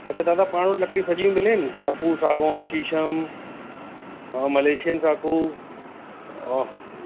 अछा दादा पाण वटि लकड़ी सॼियूं मिलनि साखू सागौन शीशम हा मलेशियन साखू हा